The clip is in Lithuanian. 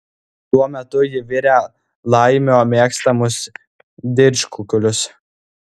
tuo metu ji virė laimio mėgstamus didžkukulius